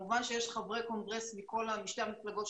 כמובן שיש חברי קונגרס משתי המפלגות,